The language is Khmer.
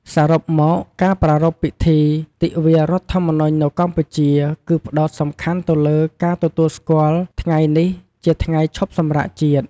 សរុបមក ការប្រារព្ធពិធីទិវារដ្ឋធម្មនុញ្ញនៅកម្ពុជា គឺផ្តោតសំខាន់ទៅលើការទទួលស្គាល់ថ្ងៃនេះជាថ្ងៃឈប់សម្រាកជាតិ។